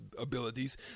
abilities